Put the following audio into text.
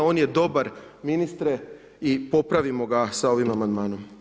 On je dobar ministre i popravimo ga sa ovim amandmanom.